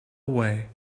away